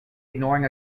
ignoring